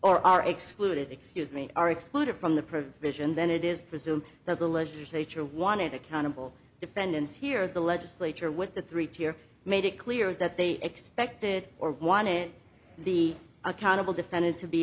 or are excluded excuse me are excluded from the provision then it is presume that the legislature wanted accountable defendants here the legislature with the three tier made it clear that they expected or wanted the accountable defended to be